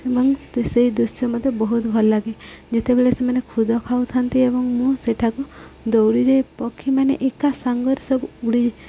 ଏବଂ ସେଇ ଦୃଶ୍ୟ ମତେ ବହୁତ ଭଲ ଲାଗେ ଯେତେବେଳେ ସେମାନେ ଖୁଦ ଖାଉଥାନ୍ତି ଏବଂ ମୁଁ ସେଠାକୁ ଦୌଡ଼ି ଯାଇ ପକ୍ଷୀମାନେ ଏକା ସାଙ୍ଗରେ ସବୁ ଉଡ଼ି